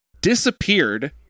disappeared